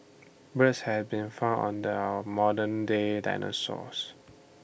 birds have been found under our modern day dinosaurs